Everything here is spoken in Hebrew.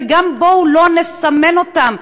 וגם בואו לא נסמן אותם,